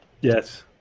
Yes